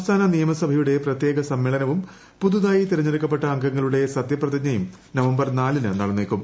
സംസ്ഥാന നിയമസഭയുടെ പ്രത്യേക സമ്മേളനവും പുതുതായി തെരഞ്ഞെടുക്കപ്പെട്ട അംഗങ്ങളുടെ സത്യപ്രതിജ്ഞയും നവംബർ നാലിന് നടന്നേക്കും